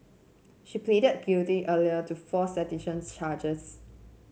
she pleaded guilty earlier to four seditions charges